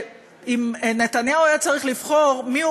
שאם נתניהו היה צריך לבחור את מי הוא